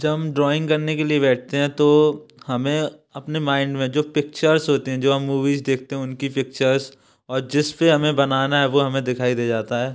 जब हम ड्राइंग करने के लिए बैठते हैं तो हमें अपने माइंड में जो पिक्चर्स होते हैं जो हम मूवीज़ देखते हैं उनकी पिक्चर्स और जिस पे हमें बनाना है वह हमें दिखाई दे जाता है